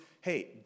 hey